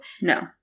No